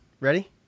Ready